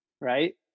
right